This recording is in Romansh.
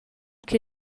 che